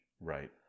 Right